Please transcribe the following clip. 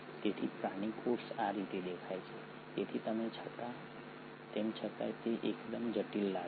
તેથી પ્રાણી કોષ આ રીતે દેખાય છે તેથી તેમ છતાં તે એકદમ જટિલ લાગે છે